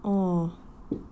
oh